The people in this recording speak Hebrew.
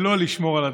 לא לשמור על הדמוקרטיה.